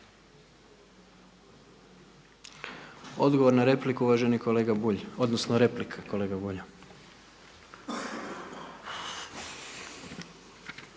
Odgovor na repliku uvaženi kolega Bulj, odnosno replika kolege Bulja.